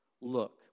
Look